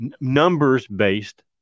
numbers-based